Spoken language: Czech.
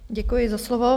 Děkuji za slovo.